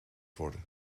worden